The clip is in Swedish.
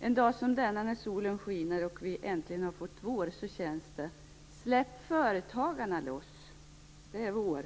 En dag som denna, när solen skiner och vi äntligen har fått vår, vill man säga: Släpp företagarna loss, det är vår!